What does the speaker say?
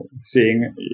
seeing